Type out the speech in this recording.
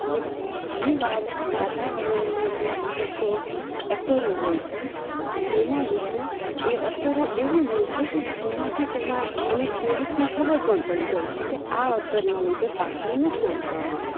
અને ઘણીવાર વાતાવરણમાં જે અમુક અસરો હોય છે જેના લીધે એ અસરો એવી હોય છે કે જેનાથી તેમાં અને ખેડૂતને ખબર પણ પડી જાય છે કે આ અસરના લીધે પાકમાં નુકસાન થવાનું છે